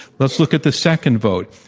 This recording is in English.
let's look at the second vote.